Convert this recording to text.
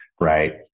right